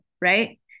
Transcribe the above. right